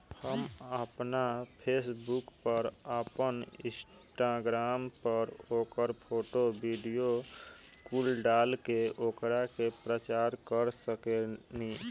हम आपना फेसबुक पर, आपन इंस्टाग्राम पर ओकर फोटो, वीडीओ कुल डाल के ओकरा के प्रचार कर सकेनी